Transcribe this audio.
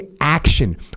action